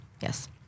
yes